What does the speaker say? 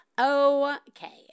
Okay